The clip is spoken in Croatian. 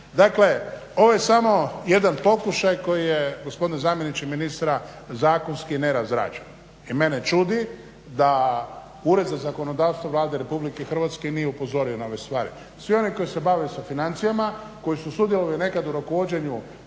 Dakle ovo je samo jedan pokušaj koji je gospodine zamjeniče ministra zakonski nerazrađen i mene čudi da Ured za zakonodavstvo Vlade RH nije upozorio na ove stvari. Svi oni koji se bave sa financijama, koji su sudjelovali nekad u rukovođenju